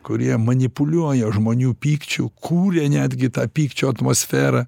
kurie manipuliuoja žmonių pykčiu kuria netgi tą pykčio atmosferą